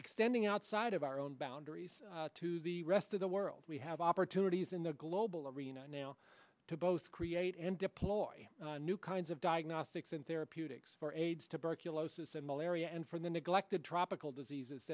extending outside of our own boundaries to the rest of the world we have opportunities in the global arena now to both create and deploy new kinds of diagnostics in therapeutics for aids tuberculosis and malaria and for the neglected tropical diseases